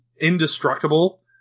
indestructible